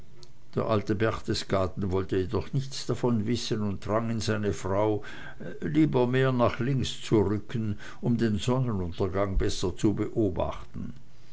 der alte berchtesgaden wollte jedoch nichts davon wissen und drang in seine frau lieber mehr nach links zu rücken um den sonnenuntergang besser beobachten